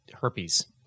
herpes